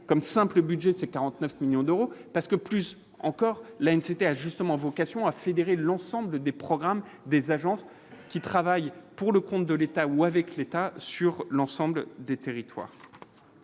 comme simple budget ses 49 millions d'euros parce que plus encore l'nécessité a justement vocation à fédérer l'ensemble des programmes des agences qui travaillent pour le compte de l'État ou avec l'État sur l'ensemble des territoires